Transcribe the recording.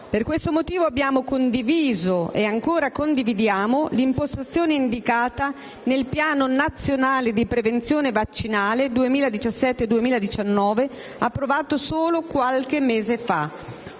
Per questo motivo abbiamo condiviso e ancora condividiamo l'impostazione indicata nel Piano nazionale di prevenzione vaccinale 2017-2019, approvato solo qualche mese fa.